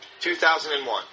2001